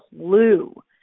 clue